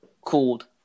called